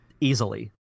easily